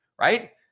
right